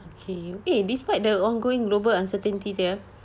okay eh despite the ongoing global uncertainty there